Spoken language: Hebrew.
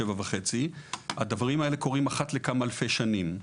7.5. הדברים האלה קורים אחת לכמה אלפי שנים.